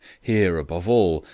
here, above all,